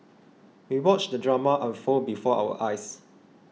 we watched the drama unfold before our eyes